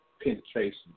penetration